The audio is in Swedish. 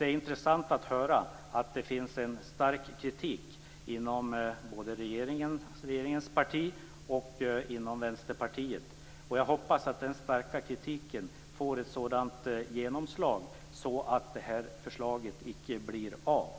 Det är intressant att höra att det finns en stark kritik inom både regeringspartiet och inom Vänsterpartiet. Jag hoppas att den starka kritiken får ett sådant genomslag att detta förslag icke genomförs.